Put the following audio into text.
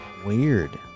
weird